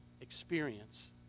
experience